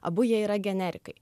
abu jie yra generikai